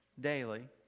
daily